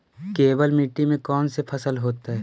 केवल मिट्टी में कौन से फसल होतै?